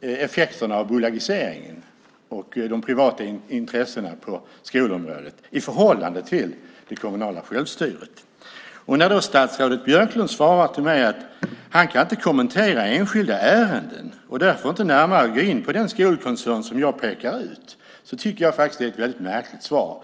effekterna av bolagiseringen och de privata intressena på skolområdet i förhållande till det kommunala självstyret. När då statsrådet Björklund svarar mig att han inte kan kommentera enskilda ärenden och därför inte närmare kan gå in på den skolkoncern som jag pekar ut tycker jag faktiskt att det är ett märkligt svar.